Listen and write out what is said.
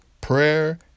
prayer